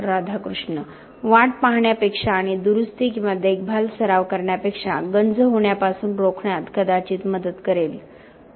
राधाकृष्ण वाट पाहण्यापेक्षा आणि दुरूस्ती किंवा देखभाल सराव करण्यापेक्षा गंज होण्यापासून रोखण्यात कदाचित मदत करेल डॉ